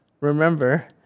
remember